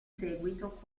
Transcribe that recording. seguito